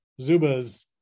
Zubas